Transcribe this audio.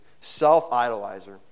self-idolizer